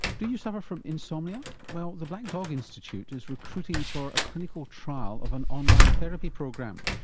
do you suffer from insomnia? well, the black dog institute is recruiting for a clinical trial of an online therapy program.